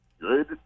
good